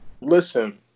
listen